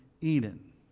Eden